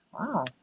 wow